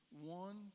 one